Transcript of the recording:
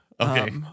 Okay